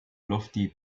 lofty